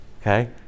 Okay